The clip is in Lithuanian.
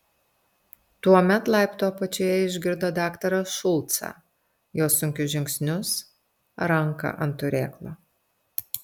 tuomet laiptų apačioje išgirdo daktarą šulcą jo sunkius žingsnius ranką ant turėklo